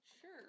Sure